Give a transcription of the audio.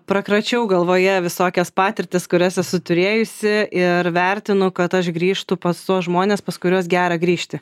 prakračiau galvoje visokias patirtis kurias esu turėjusi ir vertinu kad aš grįžtu pas tuos žmones pas kuriuos gera grįžti